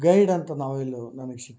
guide ಅಂತ ನಾವೆಲು ನನಗ ಸಿಕ್ತು